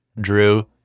Drew